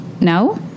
No